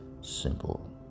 simple